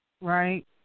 right